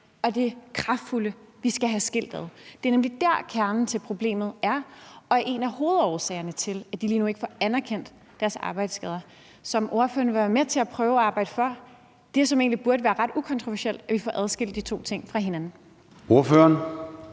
og det kraftfulde, vi skal have skilt ad. Det er nemlig der, kernen til problemet er, og det er en af hovedårsagerne til, at folk lige nu ikke får anerkendt deres arbejdsskader. Så jeg vil høre, om ordføreren vil være med til at prøve at arbejde for det, som egentlig burde være ret ukontroversielt, nemlig at vi får adskilt de to ting fra hinanden.